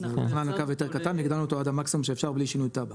תוכנן קו יותר קטן והגדלנו אותו עד המקסימום שאפשר בלי שינוי תב"ע,